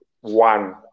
one